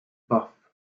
buff